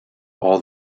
all